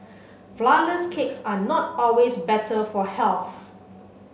flourless cakes are not always better for health